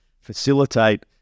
facilitate